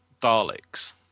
Daleks